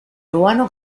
ruano